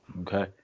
Okay